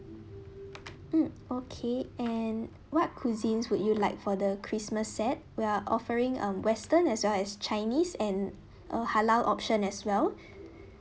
mm okay and what cuisines would you like for the christmas set we are offering um western as well as chinese and a halal option as well